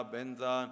Benza